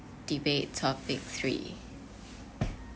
debate topic three